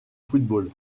football